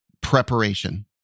preparation